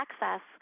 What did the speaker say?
access